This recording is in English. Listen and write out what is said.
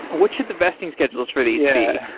what should the vesting schedules for these be? yeah.